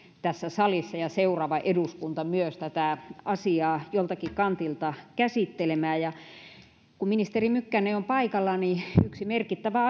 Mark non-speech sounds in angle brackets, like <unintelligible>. tässä salissa ja seuraava eduskunta myös tätä asiaa joltakin kantilta käsittelemään kun ministeri mykkänen on paikalla niin yksi merkittävä <unintelligible>